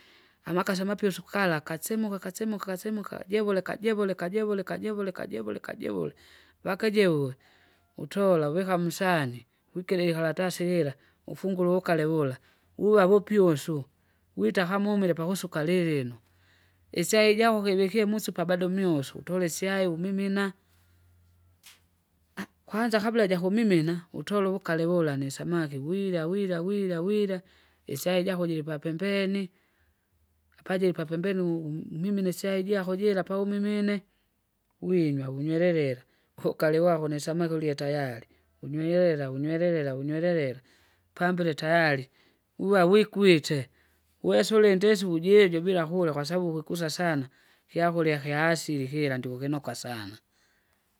Amakasi amapisu kala kasemuka kasemuka kasemuka jevuleka jevuleka jevuleka jevuleka jevuleka jevule, vakajeuwe utola uvika musahani, uwikire ikaratasi lila ufungule uvukale wula, wuva wupyusu, witaka mumile pakusuka lilino. Isyaijako kivikie musupa bado myusu utole isyai umimina, kwanza kabla jakumimina utole uvukali wula nisamaki gwirya gwirya gwirya gwirya, isyai jako jilipapembeni, apa jiripapembeni umu- uminine syai jako jira paumimine, uinywa wunywelelila, ko- kaliwako nisamaki urya tayari unywelelila unywelelila unywelelila, upambile tayari, uwa wikwite, wesu ulinde isiku jijo bila kula kwasababu ukikusa sana, kyakurya kyaasili kila ndikukinoka sana.